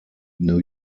new